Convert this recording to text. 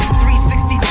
360